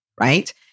right